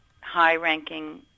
high-ranking